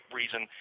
reason